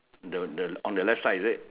the the on the left side is it